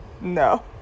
no